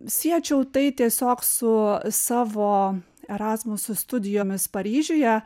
siečiau tai tiesiog su savo erasmuso studijomis paryžiuje